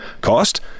Cost